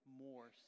more